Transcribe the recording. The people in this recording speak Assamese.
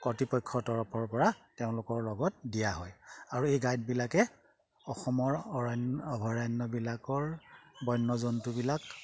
কৰ্তৃপক্ষৰপৰা তেওঁলোকৰ লগত দিয়া হয় আৰু এই গাইডবিলাকে অসমৰ অৰণ্য অভয়াৰণ্যবিলাকৰ বন্য জন্তুবিলাক